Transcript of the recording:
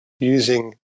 using